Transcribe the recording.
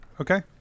Okay